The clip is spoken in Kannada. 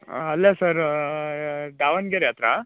ಅಲ್ಲ ಸರ್ ದಾವಣಗೆರೆ ಹತ್ರ